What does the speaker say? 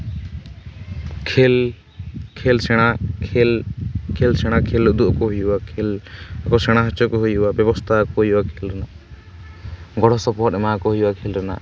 ᱠᱷᱮᱞ ᱠᱷᱮᱞ ᱥᱮᱬᱟ ᱠᱷᱮᱞ ᱠᱷᱮᱞ ᱩᱫᱩᱜ ᱟᱠᱚ ᱦᱩᱭᱩᱜᱼᱟ ᱠᱷᱮᱞ ᱩᱱᱠᱩ ᱥᱮᱬᱟ ᱦᱚᱪᱚ ᱠᱚ ᱦᱩᱭᱩᱜᱼᱟ ᱵᱮᱵᱚᱥᱛᱷᱟ ᱟᱠᱚ ᱦᱩᱭᱩᱜᱼᱟ ᱠᱷᱮᱞ ᱨᱮᱱᱟᱜ ᱜᱚᱲᱚ ᱥᱚᱯᱚᱦᱚᱫ ᱮᱢᱟᱣᱟᱠᱚ ᱦᱩᱭᱩᱜᱼᱟ ᱠᱷᱮᱞ ᱨᱮᱱᱟᱜ